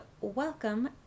welcome